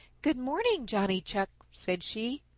good morning, johnny chuck, said she.